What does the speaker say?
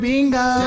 Bingo